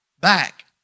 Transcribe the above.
back